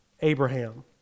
Abraham